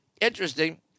interesting